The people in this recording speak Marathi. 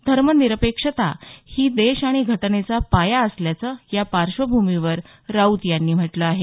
धर्मनिरपेक्षता ही देश आणि घटनेचा पाया असल्याचं या पार्श्वभूमीवर राऊत यांनी म्हटलं आहे